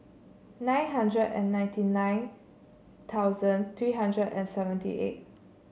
nine hundred and ninety nine thousand three hundred and seventy eight